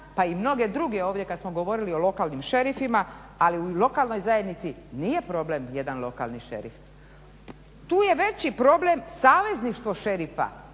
pa i mnoge druge kada smo govorili o lokalnim šerifima, ali u lokalnoj zajednici nije problem jedan lokalni šerif. Tu je veći problem savezništvo šerifa